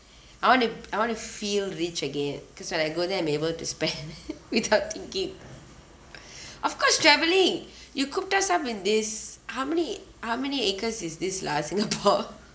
I want to I want to feel rich again cause when I go there I'm able to spend without thinking of course travelling you cook tell sum in this how many how many acres is this lah singapore